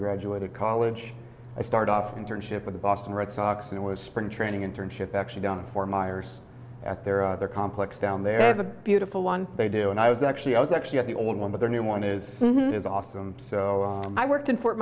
graduated college i started off internship with the boston red sox and it was spring training internship actually done for myers at their other complex down there have a beautiful one they do and i was actually i was actually at the old one but the new one is is awesome so i worked in fort